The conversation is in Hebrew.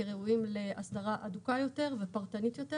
כראויים לאסדרה הדוקה יותר ופרטנית יותר